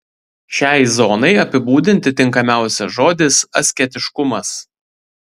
šiai zonai apibūdinti tinkamiausias žodis asketiškumas